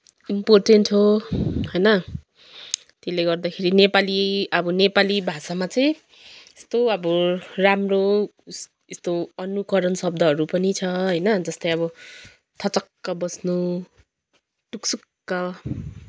important हो होइन त्यसले गर्दाखेरि नेपाली अब नेपाली भाषामा चाहिँ त्यस्तो अब राम्रो यस्तो अनुकरण शब्दहरू पनि छ होइन जस्तो अब थचक्क बस्नु टुसुक्क